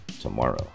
tomorrow